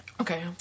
Okay